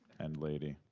and lady.